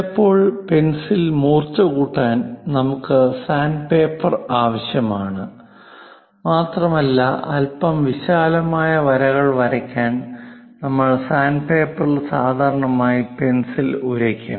ചിലപ്പോൾ പെൻസിൽ മൂർച്ച കൂട്ടാൻ നമുക്ക് സാൻഡ്പേപ്പർ ആവശ്യമാണ് മാത്രമല്ല അൽപ്പം വിശാലമായ വരകൾ വരക്കാൻ നമ്മൾ സാൻഡ്പേപ്പറിൽ സാധാരണയായി പെൻസിൽ ഉരക്കും